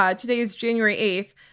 ah today is january eighth,